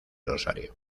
rosario